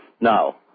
Now